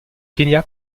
kenya